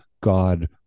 God